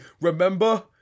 remember